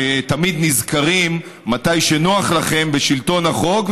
שתמיד נזכרים כשנוח לכם בשלטון החוק,